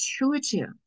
intuitive